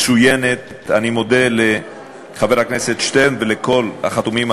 מצוינת, ואני מודה לחבר הכנסת שטרן על ההצעה.